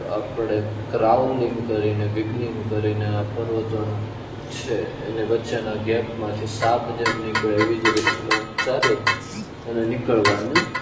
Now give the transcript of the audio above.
આપણે ક્રાઉનિંગ કરીને બિગિનિંગ કરીને આ પર્વતોનું છે જે એને વચ્ચેના ગેપમાંથી સાપ જેમ નીકળે એવી જ રીતના ચાલી અને નીકળવાનું